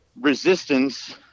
resistance